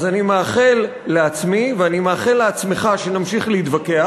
אז אני מאחל לעצמי ואני מאחל לך שנמשיך להתווכח,